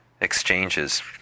exchanges